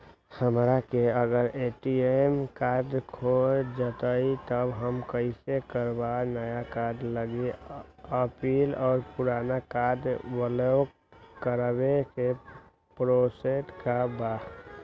हमरा से अगर ए.टी.एम कार्ड खो जतई तब हम कईसे करवाई नया कार्ड लागी अपील और पुराना कार्ड ब्लॉक करावे के प्रोसेस का बा?